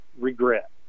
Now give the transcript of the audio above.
regret